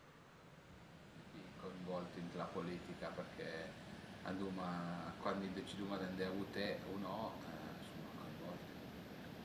Suma tüti coinvolti ën la politica perché anduma cuandi i deciduma d'andé vuté o no suma coinvolti